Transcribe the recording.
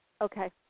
Okay